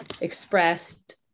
expressed